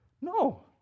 No